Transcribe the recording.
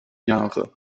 jahre